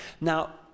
Now